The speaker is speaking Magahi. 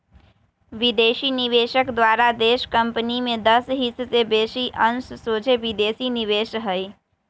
विदेशी निवेशक द्वारा देशी कंपनी में दस हिस् से बेशी अंश सोझे विदेशी निवेश हइ